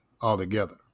altogether